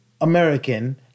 American